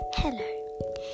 Hello